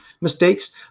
mistakes